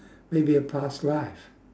maybe a past life